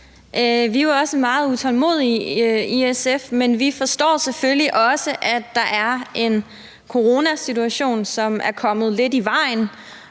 Vi er jo også meget utålmodige i SF, men vi forstår selvfølgelig også, at der er en coronasituation, som er kommet lidt i vejen,